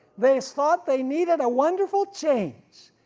they thought they needed a wonderful change,